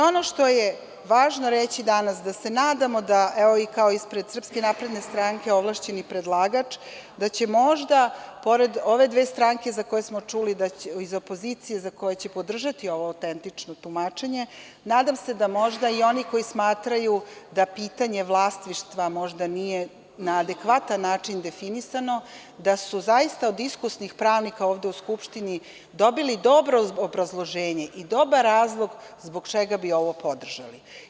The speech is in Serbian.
Ono što je važno reći danas, da se nadamo da, evo i ispred SNS ovlašćeni predlagač, da će možda, pored ove dve stranke iz opozicije za koje smo čuli da će podržati ovo autentično tumačenje, nadam se da će možda i oni koji smatraju da pitanje vlasništva možda nije na adekvatan način definisano, da su zaista od iskusnih pravnika ovde u Skupštini dobili dobro obrazloženje i dobar razlog zbog čega bi ovo podržali.